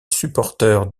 supporteurs